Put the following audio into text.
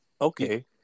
Okay